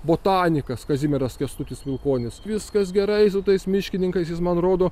botanikas kazimieras kęstutis mikonis viskas gerai su tais miškininkais jis man rodo